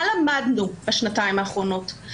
מה למדנו בשנתיים האחרונות?